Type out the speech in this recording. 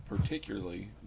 particularly